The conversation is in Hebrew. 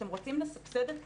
אתם רוצים לסבסד את כולם?